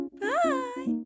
bye